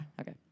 Okay